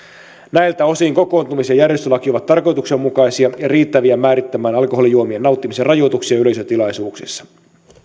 näiltä osin kokoontumis ja järjestyslaki ovat tarkoituksenmukaisia ja riittäviä määrittämään alkoholijuomien nauttimisen rajoituksia yleisötilaisuuksissa